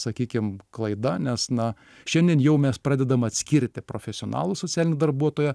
sakykim klaida nes na šiandien jau mes pradedam atskirti profesionalų socialinį darbuotoją